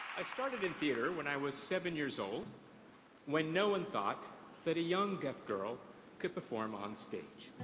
i started in theatre when i was seven years old when no one thought that a young, deaf girl could perform onstage.